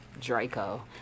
Draco